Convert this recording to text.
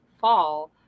fall